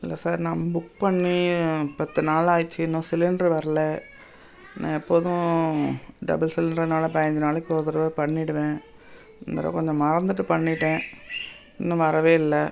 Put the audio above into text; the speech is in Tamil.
இல்லை சார் நான் புக் பண்ணி பத்து நாளாச்சு இன்னும் சிலிண்ட்ரு வரல நான் எப்போதும் டபுள் சிலிண்ட்ருன்னால் பாஞ்சு நாளைக்கு ஒரு தடவ பண்ணிவிடுவேன் இந்த தடவ கொஞ்சம் மறந்துவிட்டு பண்ணிவிட்டேன் இன்னும் வரவே இல்லை